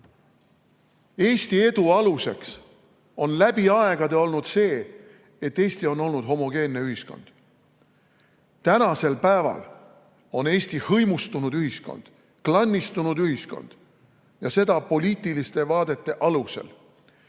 edu aluseks on läbi aegade olnud see, et Eesti on olnud homogeenne ühiskond. Tänasel päeval on Eesti hõimustunud ühiskond, klannistunud ühiskond, ja seda poliitiliste vaadete alusel.